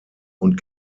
und